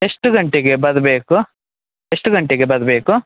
ಎಷ್ಟು ಗಂಟೆಗೆ ಬರಬೇಕು ಎಷ್ಟು ಗಂಟೆಗೆ ಬರಬೇಕು